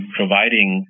providing